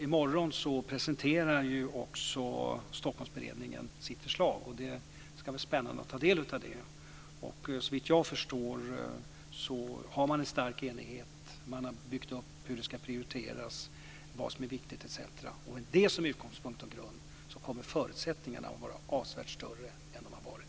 Som jag sade tidigare presenterar Stockholmsberedningen sitt förslag i morgon. Det ska bli spännande att ta del av det. Såvitt jag förstår så har man en stark enighet. Man har byggt upp vad som ska prioriteras, vad som är viktigt etc. Med detta som utgångspunkt och grund kommer förutsättningarna att vara avsevärt bättre nu än vad de har varit tidigare.